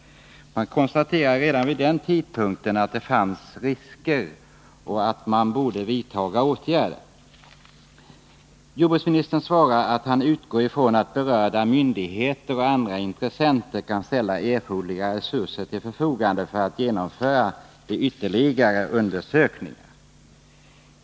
Man konstaterade således redan vid den tidpunkten att det fanns risker och att man borde vidta åtgärder. Jordbruksministern svarar att han utgår från att berörda myndigheter och andra intressenter kan ställa erforderliga resurser till förfogande för att man skall kunna genomföra de ytterligare undersökningar som behövs.